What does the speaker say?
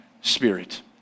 Spirit